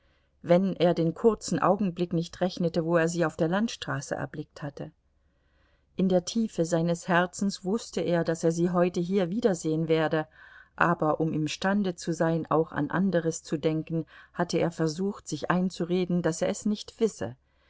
wenn er den kurzen augenblick nicht rechnete wo er sie auf der landstraße erblickt hatte in der tiefe seines herzens wußte er daß er sie heute hier wiedersehen werde aber um imstande zu sein auch an anderes zu denken hatte er versucht sich einzureden daß er es nicht wisse